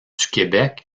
québec